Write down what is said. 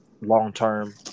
long-term